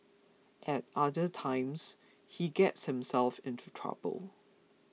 at other times he gets himself into trouble